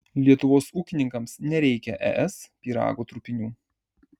lietuvos ūkininkams nereikia es pyrago trupinių